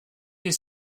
les